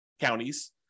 counties